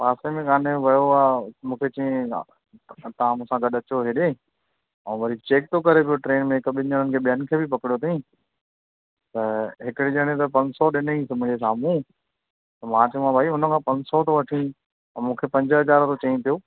पासे में काॾे वियो आहे मूंखे चयई तव्हां मूं सां गॾु अचो हेॾे ऐं वरी चेक थो करे पियो ट्रेन में हिकु ॿिनि ॼणनि खे ॿियनि खे बि पकिड़ियो अथई त हिकिड़े ॼणे त पंज सौ ॾिनईसि मुंहिंजे साम्हूं त मां चयोमांसि भाई हुन खां पंज सौ थो वठी ऐं मूंखे पंज हज़ार थो चई पियो